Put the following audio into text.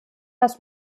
das